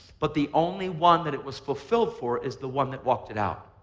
but the only one that it was fulfilled for is the one that walked it out.